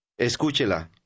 Escúchela